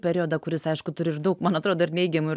periodą kuris aišku turi ir daug man atrodo ir neigiamų ir